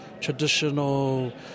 traditional